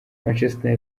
manchester